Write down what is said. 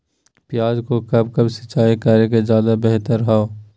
प्याज को कब कब सिंचाई करे कि ज्यादा व्यहतर हहो?